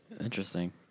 Interesting